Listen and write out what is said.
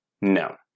No